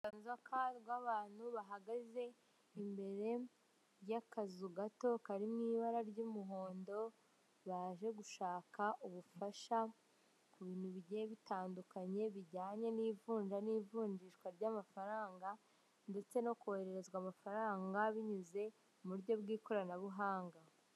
Uru inka rw'abantu bahagaze imbere y'akazu gato karirimo ibara ry'umuhondo baje gushaka ubufasha ku bintu bigiye bitandukanye bijyanye n'ivunja n'ivunjishwa ry'amafaranga ndetse no kohezwa amafaranga binyuze mu buryo bw'ikoranabuhanga.